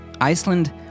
Iceland